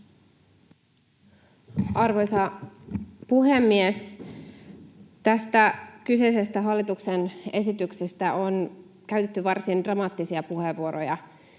Arvoisa puhemies! Tästä kyseisestä hallituksen esityksestä on käytetty varsin dramaattisia puheenvuoroja